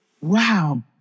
wow